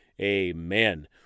amen